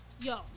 Yo